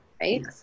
right